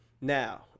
Now